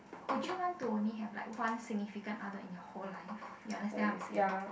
would you want to only have like one significant other in your whole life you understand I'm saying